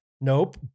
Nope